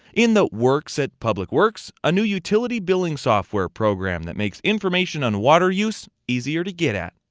in the works at public works, a new utility billing software program that makes information on water use easier to get at.